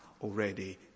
already